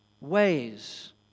ways